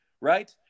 right